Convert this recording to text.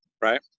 right